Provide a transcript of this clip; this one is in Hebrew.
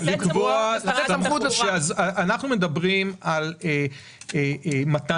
אנחנו מדברים על קביעת